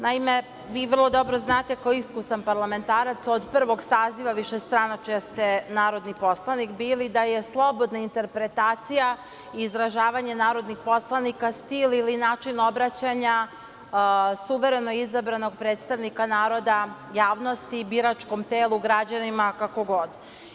Naime, vi vrlo dobro znate kao iskusan parlamentarac, od prvog saziva višestranačja ste narodni poslanik bili, da je slobodna interpretacija i izražavanje narodnih poslanika stil ili način obraćanja suvereno izabranog predstavnika naroda javnosti biračkom telu, građanima, kako god.